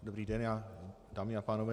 Dobrý den, dámy a pánové.